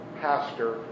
pastor